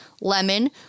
lemon